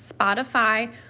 Spotify